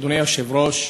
אדוני היושב-ראש,